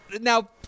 now